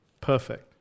perfect